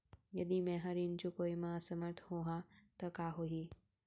यदि मैं ह ऋण चुकोय म असमर्थ होहा त का होही?